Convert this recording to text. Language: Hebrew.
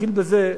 התחיל בזה,